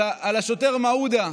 על השוטר מעודה.